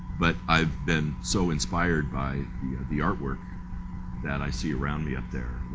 but i've been so inspired by the artwork that i see around me up there,